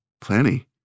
Plenty